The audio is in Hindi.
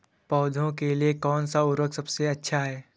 पौधों के लिए कौन सा उर्वरक सबसे अच्छा है?